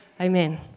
Amen